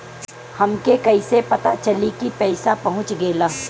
हमके कईसे पता चली कि पैसा पहुच गेल?